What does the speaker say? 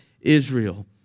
Israel